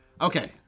Okay